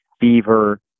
fever